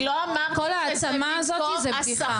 אני לא אמרתי שזה במקום השכר.